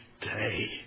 day